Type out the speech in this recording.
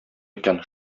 икән